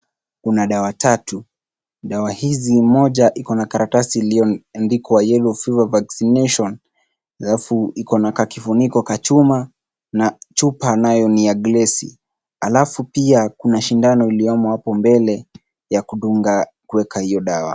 Kuna dawa tatu, dawa hizi ni moja ikona karatasi iliyoandikwa yellow fever vaccination alafu ikona kakifuniko cha chuma na chupa nayo ni ya glesi alafu pia kuna sindano iliyomo hapo mbele ya kudunga, kueka hiyo dawa.